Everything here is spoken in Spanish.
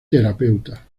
terapeuta